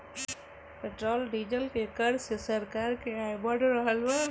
petrol diesel के कर से सरकार के आय बढ़ रहल बा